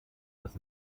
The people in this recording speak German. das